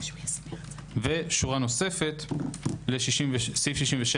ושורה נוספת סעיף 67,